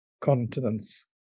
continents